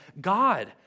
God